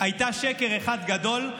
הייתה שקר אחד גדול.